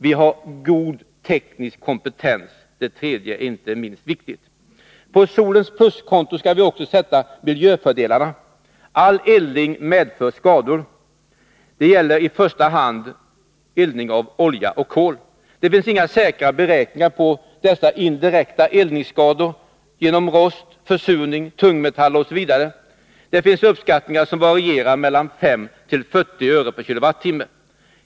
Vi har god teknisk kompetens — detta är inte minst viktigt. På solens pluskonto skall vi också sätta miljöfördelarna. All eldning medför skador. Det gäller i första hand eldning av olja och kol. Det finns inga säkra beräkningar på dessa indirekta eldningsskador genom rost, försurning, tungmetaller osv. Det finns uppskattningar som varierar mellan 5 och 40 öre per kWh.